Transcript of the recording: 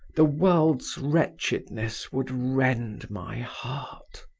the world's wretchedness would rend my heart.